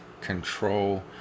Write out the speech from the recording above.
control